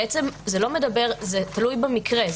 בעצם, זה תלוי במקרה.